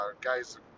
Guy's